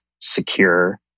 secure